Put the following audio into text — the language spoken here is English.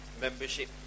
membership